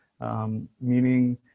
Meaning